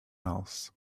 else